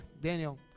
Daniel